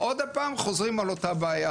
עוד הפעם חוזרים על אותה הבעיה,